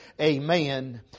Amen